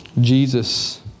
Jesus